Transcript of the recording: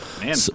Man